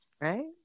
right